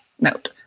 note